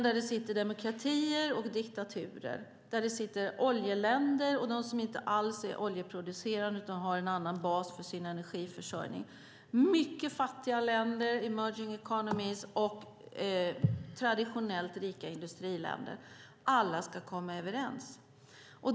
Där sitter demokratier och diktaturer, oljeländer och länder som inte alls är oljeproducerande utan har en annan bas för sin energiförsörjning, mycket fattiga länder, emerging economies, och traditionellt rika industriländer - alla ska komma överens.